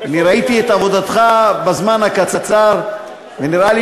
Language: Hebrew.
אני ראיתי את עבודתך בזמן הקצר ונראה לי